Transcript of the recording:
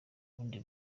ubundi